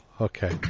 Okay